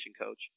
coach